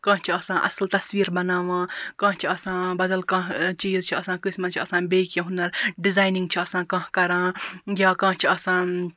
کانٛہہ چھُ آسان اصٕل تَصویٖر بَناوان کانٛہہ چھُ آسان بَدَل کانٛہہ چیٖز چھُ آسان کٲنٛسہِ مَنٛز چھِ آسان بیٚیہِ کیٚنٛہہ ہُنَر ڈِزاینِنٛگ چھِ آسان کانٛہہ کران یا کانٛہہ چھُ آسان